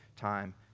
time